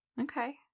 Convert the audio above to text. Okay